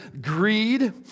greed